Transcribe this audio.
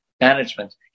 management